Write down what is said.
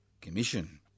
Commission